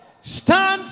Stand